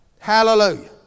Hallelujah